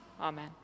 Amen